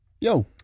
Yo